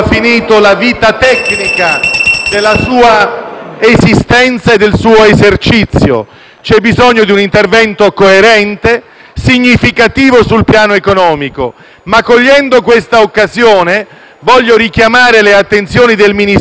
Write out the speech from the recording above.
della sua vita tecnica e quindi del suo esercizio. C'è bisogno di un intervento coerente, significativo sul piano economico. Ma cogliendo questa occasione, voglio richiamare le attenzioni del Ministero, e naturalmente del Ministro,